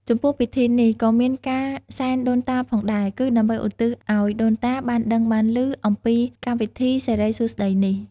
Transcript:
ចំពោះពិធីនេះក៏មានការ សែនដូនតាផងដែរ គឺដើម្បីឧទ្ទិសអោយដូនតាបានដឹងបានលឺ អំពីកម្មវិធីសេរីសួស្ដីនេះ។